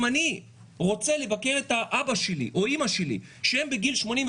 אם אני רוצה לבקר את אבא שלי או אימא שלי שהם בגיל 85